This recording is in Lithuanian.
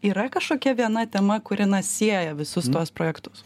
yra kažkokia viena tema kuri na sieja visus tuos projektus